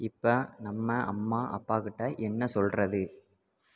இப்போ நம்ம அம்மா அப்பாக்கிட்ட என்ன சொல்லுறது